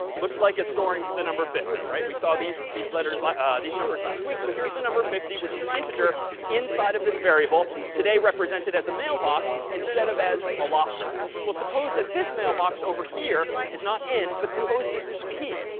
looks like it's storing the number fifty. right? we saw these these letters like ah these numbers last week. so here's the number fifty, which is an integer inside of this variable, today, represented as a mailbox instead of as a locker. well suppose that this mailbox over here is not n but suppose this is p.